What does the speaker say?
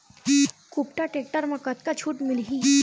कुबटा टेक्टर म कतका छूट मिलही?